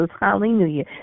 hallelujah